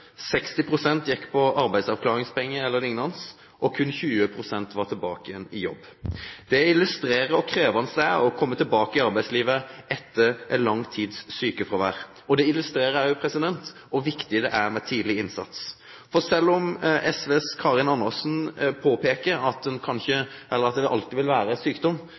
gikk på arbeidsavklaringspenger e.l., og kun 20 pst. var tilbake i jobb. Det illustrerer hvor krevende det er å komme tilbake i arbeidslivet etter et langtidssykefravær – og det illustrerer også hvor viktig det er med tidlig innsats. For selv om SVs Karin Andersen påpeker at det alltid vil være sykdom,